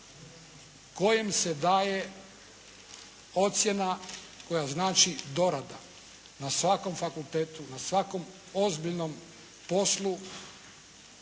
kojim se daje ocjena koja znači dorada na svakom fakultetu, na svakom ozbiljnom poslu